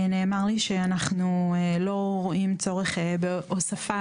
נאמר לי שאנחנו לא רואים צורך בהוספה